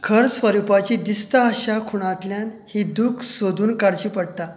खर स्वरुपाची दिसता अशा खुणांतल्यान ही दूख सोदून काडची पडटा